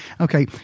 okay